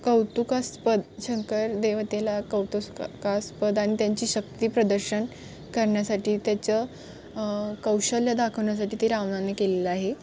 कौतुकास्पद शंकर देवतेला कौतुसकास्पद आणि त्यांची शक्तीप्रदर्शन करण्यासाठी त्याचं कौशल्य दाखवण्यासाठी ते रावणाने केलेलं आहे